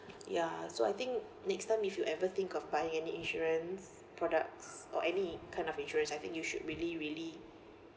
ya so I think next time if you ever think of buying any insurance products or any kind of insurance I think you should really really